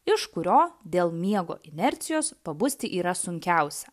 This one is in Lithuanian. iš kurio dėl miego inercijos pabusti yra sunkiausia